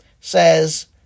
says